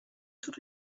toute